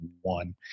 one